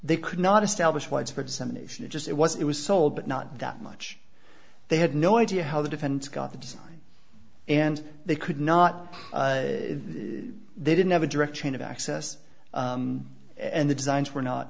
they could not establish widespread dissemination it just it was it was sold but not that much they had no idea how the defense got the design and they could not they didn't have a direct chain of access and the designs were not